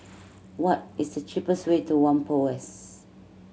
what is the cheapest way to Whampoa West